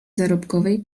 zarobkowej